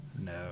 no